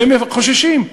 והם חוששים.